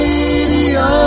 Radio